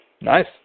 Nice